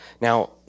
now